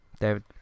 David